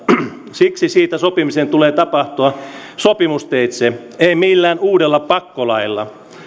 siksi siitä sopimisen tulee tapahtua sopimusteitse ei millään uudella pakkolailla